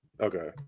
Okay